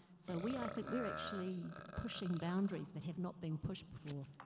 so we, i think, we're actually pushing boundaries that have not been pushed before.